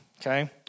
okay